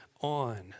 on